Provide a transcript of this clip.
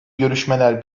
görüşmeler